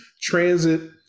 transit